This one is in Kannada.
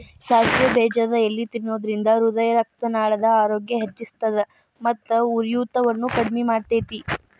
ಸಾಸಿವೆ ಬೇಜದ ಎಲಿ ತಿನ್ನೋದ್ರಿಂದ ಹೃದಯರಕ್ತನಾಳದ ಆರೋಗ್ಯ ಹೆಚ್ಹಿಸ್ತದ ಮತ್ತ ಉರಿಯೂತವನ್ನು ಕಡಿಮಿ ಮಾಡ್ತೆತಿ